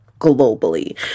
globally